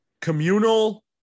Communal